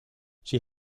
she